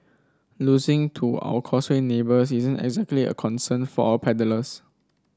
losing to our Causeway neighbours isn't exactly a concern for our paddlers